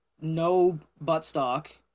no-butt-stock